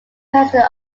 president